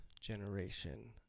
generation